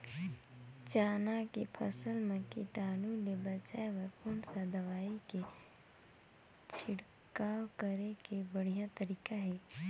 चाना के फसल मा कीटाणु ले बचाय बर कोन सा दवाई के छिड़काव करे के बढ़िया तरीका हे?